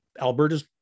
Alberta's